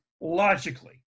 logically